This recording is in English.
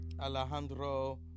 Alejandro